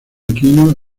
aquino